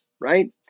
right